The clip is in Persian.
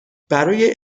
برای